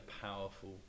powerful